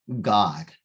God